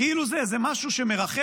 כאילו זה איזה משהו שמרחף,